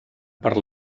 per